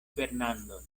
fernandon